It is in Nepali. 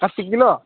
कति किलो